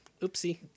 Oopsie